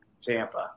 Tampa